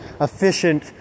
efficient